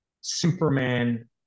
Superman